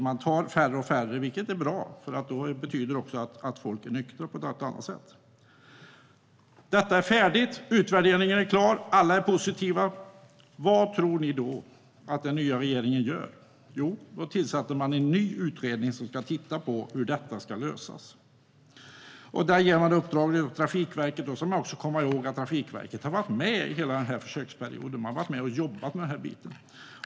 Man tar färre och färre, vilket är bra. Det betyder att människor är nyktra på ett annat sätt. Detta är färdigt. Utvärderingen är klar. Alla är positiva. Vad tror ni då att den nya regeringen gör? Jo, man tillsätter en ny utredning som ska titta på hur detta ska lösas. Man ger uppdrag till Trafikverket. Då ska man komma ihåg att Trafikverket har varit med under hela försöksperioden. Man har varit med och jobbat med den här biten.